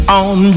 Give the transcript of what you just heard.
on